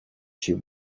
she